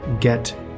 get